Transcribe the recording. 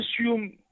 assume